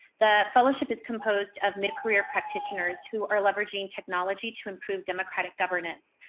the fellowship is composed of mid-career practitioners who are leveraging technology to improve democratic governance.